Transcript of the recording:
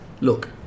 Look